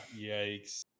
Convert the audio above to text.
yikes